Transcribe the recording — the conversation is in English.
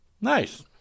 Nice